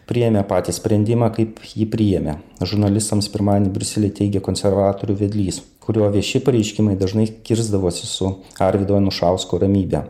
priėmė patį sprendimą kaip jį priėmė žurnalistams pirmadienį briusely teigė konservatorių vedlys kurio vieši pareiškimai dažnai kirsdavosi su arvydo anušausko ramybe